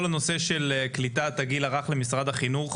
כל הנושא של קליטת הגיל הרך למשרד החינוך